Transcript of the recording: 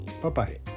Bye-bye